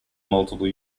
multiple